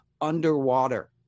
underwater